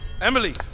Emily